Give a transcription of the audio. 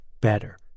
better